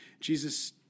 Jesus